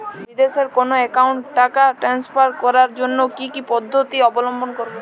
বিদেশের কোনো অ্যাকাউন্টে টাকা ট্রান্সফার করার জন্য কী কী পদ্ধতি অবলম্বন করব?